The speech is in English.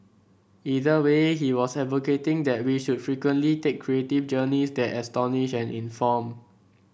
either way he was advocating that we should frequently take creative journeys that astonish and inform